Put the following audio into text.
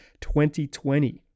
2020